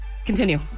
Continue